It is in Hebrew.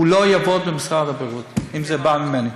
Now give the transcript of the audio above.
הוא לא יעבוד במשרד הבריאות, אם זה בא ממני.